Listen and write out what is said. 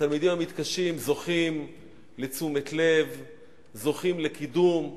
התלמידים המתקשים זוכים לתשומת לב ולקידום,